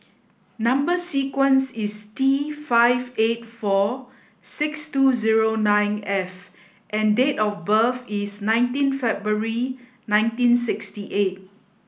number sequence is T five eight four six two zero nine F and date of birth is nineteen February nineteen sixty eight